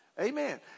Amen